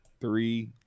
three